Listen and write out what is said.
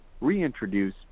reintroduce